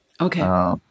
Okay